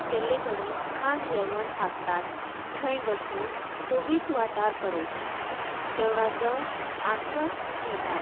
गेल्ले कडेन खाण जेवण हाडटात थंय बसून सोबीत वाठार पळयतात जेवणाचो आस्वास घेतात